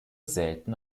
selten